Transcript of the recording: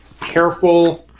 careful